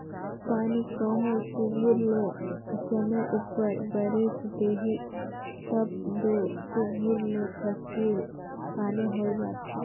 पानी कहों सुग्घर ले समे उपर बरेस देहिस तब दो सुघर ले फसिल पानी होए जाथे